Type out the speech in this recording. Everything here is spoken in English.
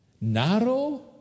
Narrow